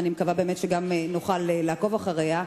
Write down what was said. ואני מקווה שגם נוכל לעקוב אחריה.